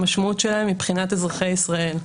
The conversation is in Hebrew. המשמעות שלהם מבחינת אזרחי ישראל,